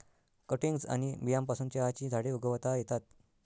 cuttings आणि बियांपासून चहाची झाडे उगवता येतात